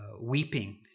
weeping